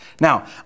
Now